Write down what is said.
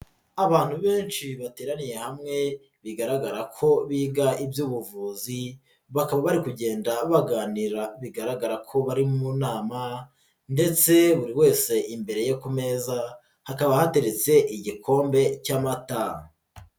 Abantu benshi bateraniye hamwe bigaragara ko biga iby'ubuvuzi, bakaba bari kugenda baganira bigaragara ko bari mu nama ndetse buri wese imbere ye ku meza hakaba hateretse igikombe cy'amata.